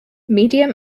medium